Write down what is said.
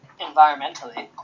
environmentally